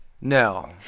No